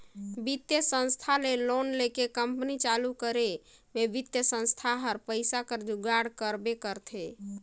बित्तीय संस्था ले लोन लेके कंपनी चालू करे में बित्तीय संस्था हर पइसा कर जुगाड़ करबे करथे